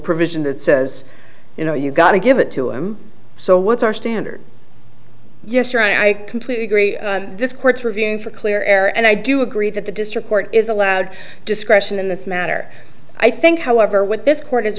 provision that says you know you've got to give it to him so what's our standard yes sure i completely agree this court's review for clear air and i do agree that the district court is allowed discretion in this matter i think however what this court